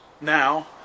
Now